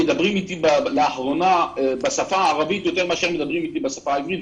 מדברים אתי לאחרונה בשפה הערבית יותר מאשר מדברים אתי בשפה העברית,